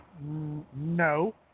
No